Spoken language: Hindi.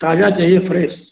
ताज़ा चाहिए फ्रेश